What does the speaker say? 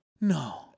No